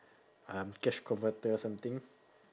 um cash converter or something